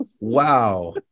Wow